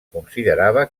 considerava